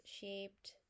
shaped